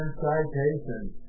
citations